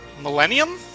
Millennium